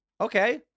Okay